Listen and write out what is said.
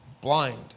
blind